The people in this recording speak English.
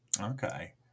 Okay